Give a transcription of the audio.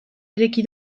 ireki